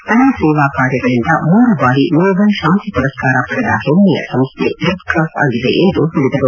ತನ್ನ ಸೇವಾ ಕಾರ್ಯಗಳಿಂದ ಮೂರು ಬಾರಿ ನೋಬಲ್ ಶಾಂತಿ ಪುರಸ್ನಾರ ಪಡೆದ ಹೆಮ್ನೆಯ ಸಂಸ್ನೆ ರೆಡ್ ಕ್ರಾಸ್ ಆಗಿದೆ ಎಂದು ನುಡಿದರು